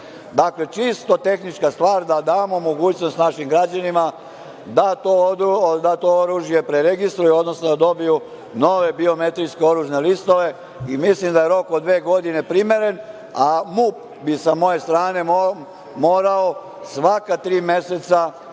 roka. Dakle, čisto tehnička stvar da damo mogućnost našim građanima da to oružje preregistruju, odnosno da dobiju nove biometrijske oružane listove i mislim da je rok od dve godine primeren, a MUP bi sa moje strane morao svaka tri meseca da se